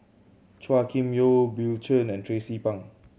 Chua Kim Yeow Bill Chen and Tracie Pang